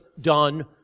done